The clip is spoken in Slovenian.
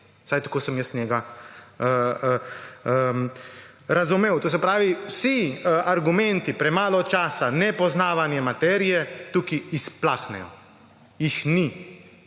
vsaj tako sem jaz njega razumel. To se pravi, vsi argumenti: premalo časa, nepoznavanje materije tukaj izplahnejo, jih ni